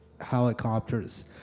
helicopters